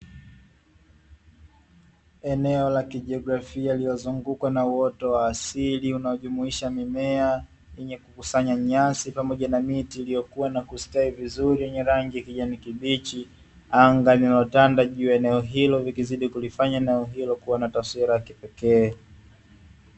Eneo la kijiografia linalozungukwa na uoto wa asili unaojumuisha mimea yenye kukusanya nyasi pamoja na miti, iliyokuwa na kustawi vizuri yenye rangi ya kijani kibichi anga linalotanda juu ya eneo hilo vikizidi kulifanya na hilo kuwa na taswira ya kipekee.